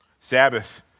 Sabbath